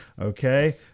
Okay